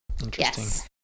interesting